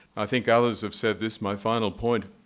i think others have said this, my final point,